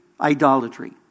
idolatry